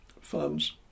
funds